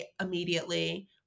immediately